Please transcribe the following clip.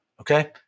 okay